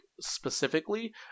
specifically